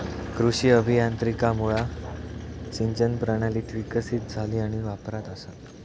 कृषी अभियांत्रिकीमुळा सिंचन प्रणाली विकसीत झाली आणि वापरात असा